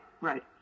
right